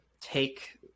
take